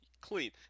clean